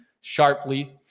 sharply